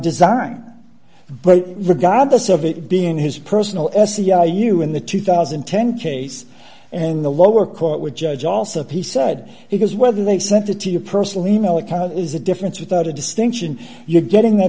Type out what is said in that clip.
design but regardless of it being his personal essay yeah you in the two thousand and ten case in the lower court would judge also p said he was whether they sent it to your personal e mail account is a difference without a distinction you're getting that